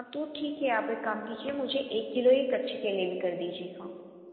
तो ठीक है आप एक कम कीजिए मुझे एक किलो कच्चे केले भी कर दीजिएगा